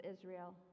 Israel